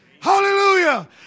Hallelujah